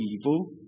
evil